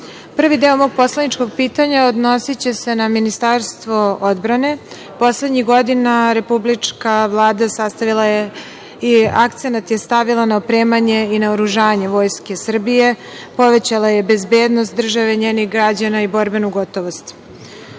prvi deo mog poslaničkog pitanja odnosiće se na Ministarstvo odbrane. Poslednjih godina republička Vlada sastavila je i akcenat je stavila na opremanje i naoružanje Vojske Srbije, povećala je bezbednost države, njenih građana i borbenu gotovost. Ono